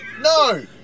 No